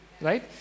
right